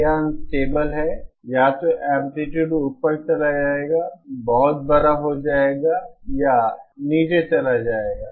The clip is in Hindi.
यह अनस्टेबल है या तो एंप्लीट्यूड ऊपर चला जाएगा बहुत बड़ा हो जाएगा या यह नीचे चला जाएगा